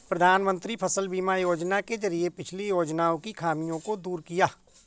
प्रधानमंत्री फसल बीमा योजना के जरिये पिछली योजनाओं की खामियों को दूर किया